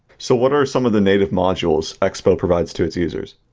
so what are some of the native modules expo provides to its users?